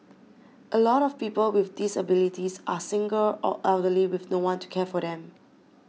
a lot of people with disabilities are single or elderly with no one to care for them